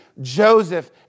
Joseph